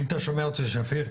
אם אתה שומע אותי שפיק,